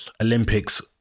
Olympics